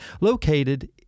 located